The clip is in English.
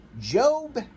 Job